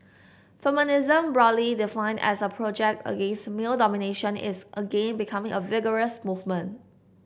feminism broadly defined as a project against male domination is again becoming a vigorous movement